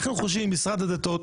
אנחנו חושבים במשרד הדתות,